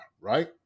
right